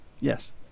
Yes